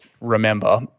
remember